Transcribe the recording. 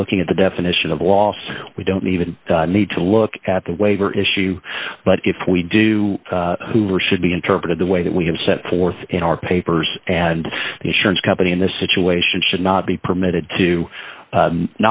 and looking at the definition of loss we don't even need to look at the waiver issue but if we do hoover should be interpreted the way that we have set forth in our papers and the insurance company in this situation should not be permitted to